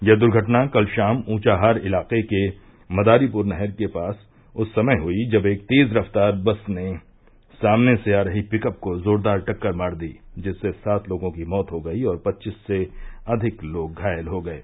यह द्धटना कल शाम ऊंचाहार इलाके के मदारीप्र नहर के पास उस समय हई जब एक तेज़ रफ़्तार बस ने सामने से आ रही पिकप को जोरदार टक्कर मार दी जिससे सात लोगों की मौत हो गई और पच्चीस से अधिक लोग घायल हो गये